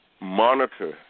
monitor